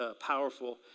powerful